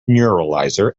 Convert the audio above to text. neuralizer